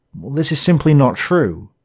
this is simply not true.